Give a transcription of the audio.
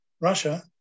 Russia